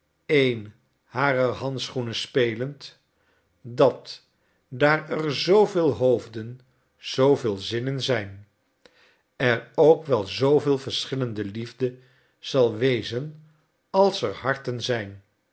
een harer handschoenen spelend dat daar er zooveel hoofden zooveel zinnen zijn er ook wel zooveel verschillende liefde zal wezen als er harten zijn